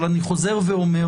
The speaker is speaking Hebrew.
אבל אני חוזר ואומר